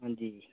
हंजी